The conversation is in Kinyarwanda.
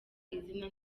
izina